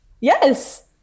Yes